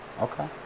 Okay